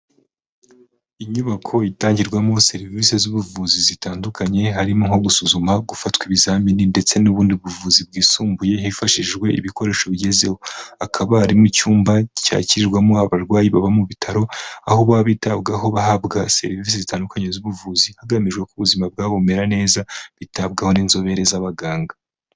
Inyubako itangirwamo serivisi z'ubuvuzi zitandukanye harimo nko gusuzuma, gufatwa ibizamini ndetse n'ubundi buvuzi bwisumbuye hifashishijwe ibikoresho bigezeho, hakabamu icyumba cyakirwamo abarwayi baba mu bitaro aho baba bitabwaho bahabwa serivisi zitandukanye z'ubuvuzi hagamijwe ubuzima bwabo bumera neza bitabwaho n'inzobere z'abaganga.